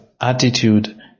attitude